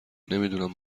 نمیدونم